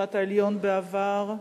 בית-המשפט העליון בעבר,